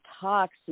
talks